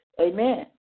Amen